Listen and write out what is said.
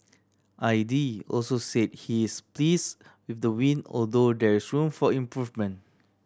aide also said he is please with the win although there is room for improvement